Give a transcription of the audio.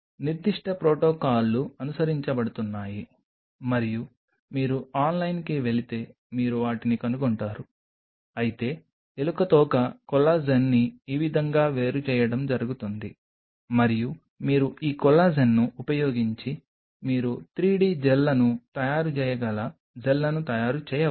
నిర్దిష్ట ప్రోటోకాల్లు అనుసరించబడుతున్నాయి మరియు మీరు ఆన్లైన్కి వెళితే మీరు వాటిని కనుగొంటారు అయితే ఎలుక తోక కొల్లాజెన్ని ఈ విధంగా వేరుచేయడం జరుగుతుంది మరియు మీరు ఈ కొల్లాజెన్ని ఉపయోగించి మీరు 3 డి జెల్లను తయారు చేయగల జెల్లను తయారు చేయవచ్చు